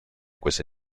queste